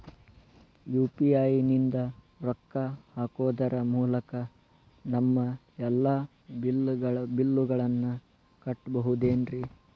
UPI ನಿಂದ ರೊಕ್ಕ ಹಾಕೋದರ ಮೂಲಕ ನಮ್ಮ ಎಲ್ಲ ಬಿಲ್ಲುಗಳನ್ನ ಕಟ್ಟಬಹುದೇನ್ರಿ?